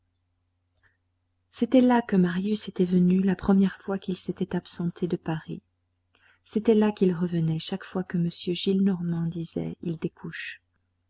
c'était là que marius était venu la première fois qu'il s'était absenté de paris c'était là qu'il revenait chaque fois que m gillenormand disait il découche